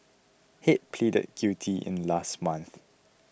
head pleaded guilty in last month